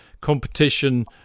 competition